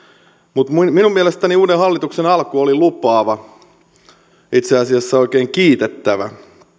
mutta minun mielestäni uuden hallituksen alku oli lupaava itse asiassa oikein kiitettävä